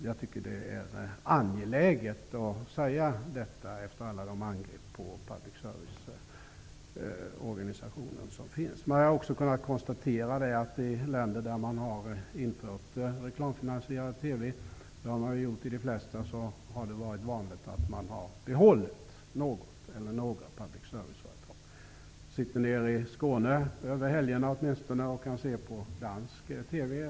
Jag tycker att det är angeläget att säga detta efter alla angrepp mot public service-organisationen som förekommit. Jag har också kunnat konstatera att det i länder där reklamfinansierad TV införts -- och det gäller de flesta länder -- har varit vanligt att behålla något eller några public service-företag. Åtminstone på helgerna är jag i Skåne, och jag kan då se på dansk TV.